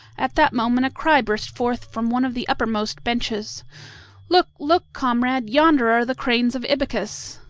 at that moment a cry burst forth from one of the uppermost benches look! look comrade, yonder are the cranes of ibycus!